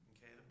Okay